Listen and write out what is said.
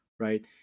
Right